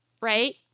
right